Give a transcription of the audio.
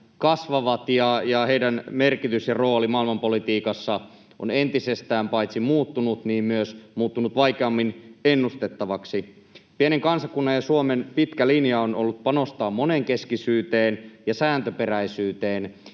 kasvavat, ja heidän merkityksensä ja roolinsa maailmanpolitiikassa on entisestään paitsi muuttunut myös muuttunut vaikeammin ennustettavaksi. Pienen kansakunnan ja Suomen pitkä linja on ollut panostaa monenkeskisyyteen ja sääntöperäisyyteen,